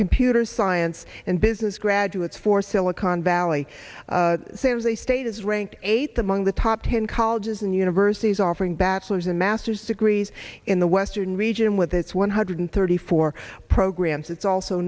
computer science and business graduates for silicon valley seems a state is ranked eighth among the top ten colleges and universities offering bachelor's and master's degrees in the western region with its one hundred thirty four programs it's also